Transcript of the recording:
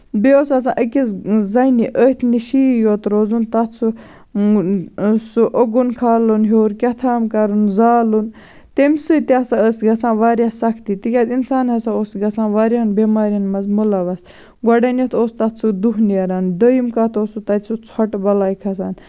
بیٚیہِ اوس آسان أکِس زَنہِ أتھۍ نِشی یوت روزُن تَتھ سُہ سُہ اوٚگُن کھالُن ہیٚور کیاہ تھام کَرُن زالُن تَمہِ سۭتۍ تہِ ہسا ٲسۍ گژھان واریاہ سَختی تِکیازِ اِنسان ہسا اوس گژھان واریاہَن بٮ۪مارٮ۪ن منٛز مُلوِس گۄڈٕنیٚتھ اوس تَتھ سُہ دُہ نیران دۄیِم کَتھ اوس تَتھ سُہ ژوٚٹہٕ بَلاے کھسان